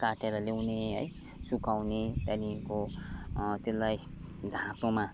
काटेर ल्याउने है सुकाउने त्यहाँदेखिको त्यसलाई झाँतोमा